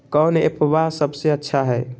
कौन एप्पबा सबसे अच्छा हय?